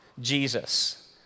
Jesus